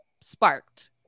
sparked